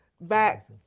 back